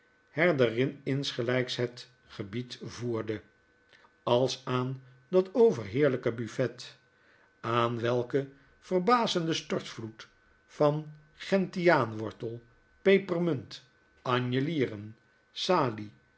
de porseleinen herderininsgeiykshet gebied voerde als aan dat overheerlyke buffet aan welken verbazenden stortvloed van gentiaanwortel pepermunt anjelieren salie